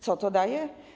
Co to daje?